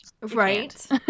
right